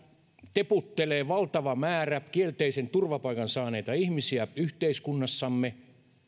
teputtelee valtava määrä kielteisen turvapaikan saaneita ihmisiä yhteiskunnassamme